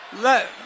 Let